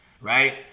right